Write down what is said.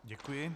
Děkuji.